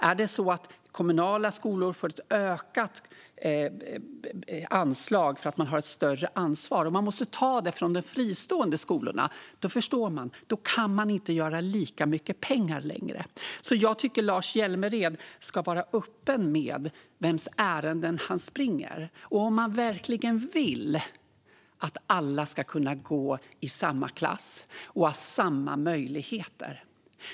Är det så att kommunala skolor får ett ökat anslag för att de har ett större ansvar och man måste ta det från de fristående skolorna förstår man att man inte kan göra lika mycket pengar längre. Jag tycker att Lars Hjälmered ska vara öppen med vems ärenden han springer och om han verkligen vill att alla ska kunna gå i samma klass och ha samma möjligheter.